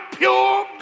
pure